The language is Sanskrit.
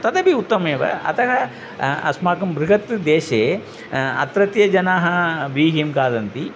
तदपि उत्तमेव अतः अस्माकं बृहत् देशे अत्रत्य जनाः व्रीहिं खादन्ति